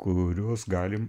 kuriuos galim